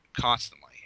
constantly